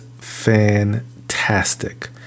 Fantastic